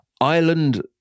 ireland